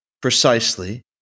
precisely